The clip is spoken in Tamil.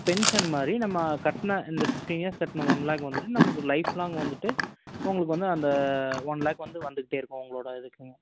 பென்ஷன் மாதிரி நம்ம கட்ண இந்த ஃபிஃப்டின் இயர்ஸ் கட்ண ஒன் லேக் வந்துவிட்டு நமக்கு லைஃப் லாங் வந்துவிட்டு உங்களுக்கு வந்து அந்த ஒன் லேக் வந்து வந்துக்கிட்டே இருக்கும் உங்களோட இதுக்கும்